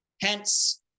hence